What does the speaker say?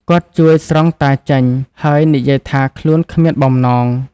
គាត់ជួយស្រង់តាចេញ ហើយនិយាយថាខ្លួនគ្មានបំណង។